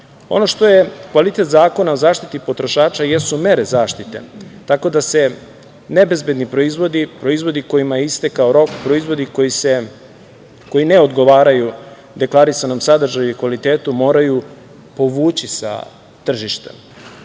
što je kvalitet Zakona o zaštiti potrošača jesu mere zaštite, tako da se nebezbedni proizvodi, proizvodi kojima je istekao rok, proizvodi koji ne odgovaraju deklarisanom sadržaju i kvalitetu moraju povući sa tržišta. Kada